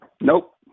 Nope